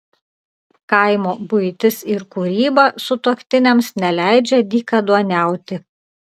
kaimo buitis ir kūryba sutuoktiniams neleidžia dykaduoniauti